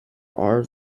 are